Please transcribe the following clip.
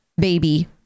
baby